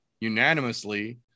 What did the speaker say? unanimously